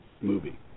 movie